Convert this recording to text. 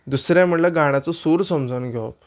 दुसरें म्हणल्यार गाणाचो सूर समजोन घेवप